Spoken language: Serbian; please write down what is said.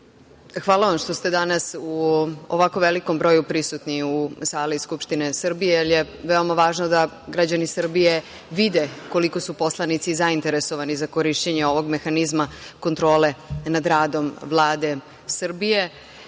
hvala vam što ste u ovako velikom broju prisutni u sali Skupštine Srbije, jer je veoma važno da građani Srbije vide koliko su poslanici zainteresovanje za korišćenje ovog mehanizma kontrole nad radom Vlade Srbije,